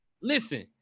listen